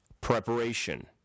Preparation